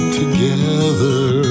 together